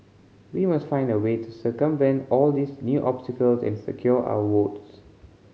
we must find a way to circumvent all these new obstacles and secure our votes